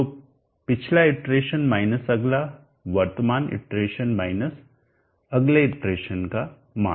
तो पिछला iteration minus अगला वर्तमान इटरेशन माइनस अगले इटरेशन का मान